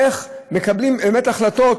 מי רואה את כל הצדדים,